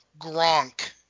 gronk